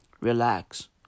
relax